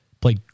Play